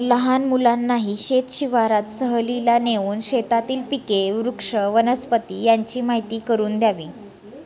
लहान मुलांनाही शेत शिवारात सहलीला नेऊन शेतातील पिके, वृक्ष, वनस्पती यांची माहीती करून द्यावी